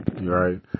right